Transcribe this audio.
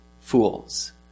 fools